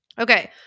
Okay